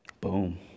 Boom